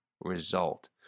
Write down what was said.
result